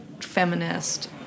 feminist